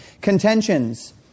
Contentions